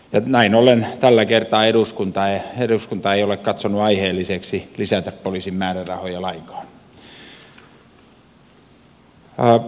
näin ollen tällä kertaa eduskunta ei ole katsonut aiheelliseksi lisätä poliisin määrärahoja lainkaan